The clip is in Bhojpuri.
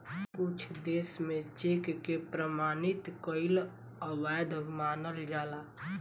कुछ देस में चेक के प्रमाणित कईल अवैध मानल जाला